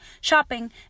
shopping